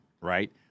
right